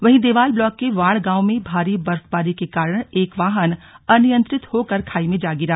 वहीं देवाल ब्लॉक के वाण गांव में भारी बर्फबारी के कारण एक वाहन अनियंत्रित होकर खाई में जा गिरा